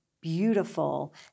beautiful